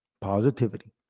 Positivity